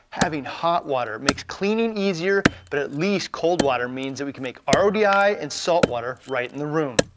having hot water makes cleaning easier but at least cold water means that we can make um rodi and salt water right in the room.